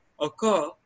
occur